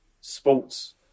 sports